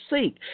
seek